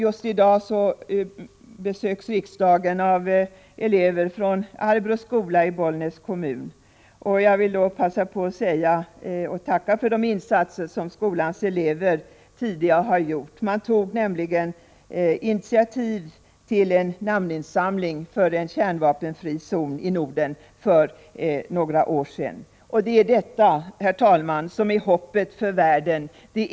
Just i dag besöks riksdagen av elever från Arbrå skola i Bollnäs kommun. Jag vill passa på och tacka för de insatser som skolans elever tidigare har gjort. De tog nämligen för några år sedan initiativ till en namninsamling för en kärnvapenfri zon i Norden. Det är detta — de enskilda människornas engagemang — som är hoppet för världen.